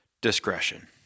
discretion